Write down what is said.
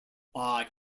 like